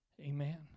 Amen